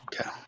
Okay